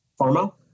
pharma